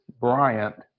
Bryant